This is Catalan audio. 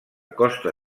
costa